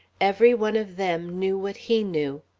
every one of them knew what he knew.